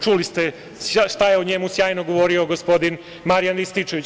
Čuli ste šta je o njemu sjajno govorio gospodin Marijan Rističević.